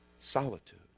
solitude